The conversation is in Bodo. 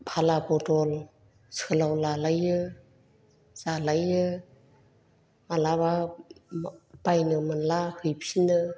फाला बदल सोलाव लालायो जालायो मालाबा बायनो मोनला हैफिनो